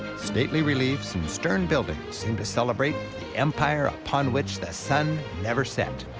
stately reliefs and stern buildings seem to celebrate the empire upon which the sun never set.